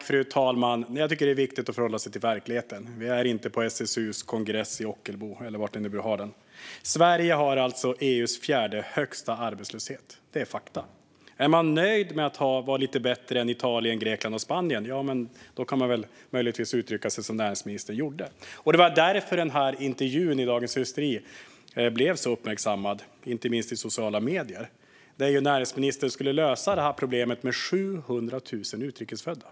Fru talman! Jag tycker att det är viktigt att förhålla sig till verkligheten. Vi är inte på SSU:s kongress i Ockelbo, eller var de nu vill ha den. Sverige har EU:s fjärde högsta arbetslöshet; det är fakta. Är man nöjd med att vara lite bättre än Italien, Grekland och Spanien kan man möjligtvis uttrycka sig som näringsministern gjorde. Det var därför intervjun i Dagens industri blev så uppmärksammad, inte minst i sociala medier. Näringsministern skulle ju lösa problemet med 700 000 utrikes födda.